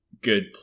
good